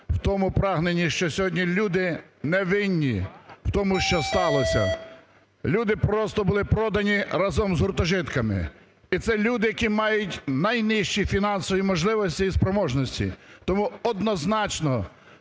в тому прагненні, що сьогодні люди не винні в тому, що сталось. Люди просто були продані разом з гуртожитками! І це люди, які мають найнижчі фінансові можливості і спроможності. Тому, однозначно,